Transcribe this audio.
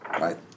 Right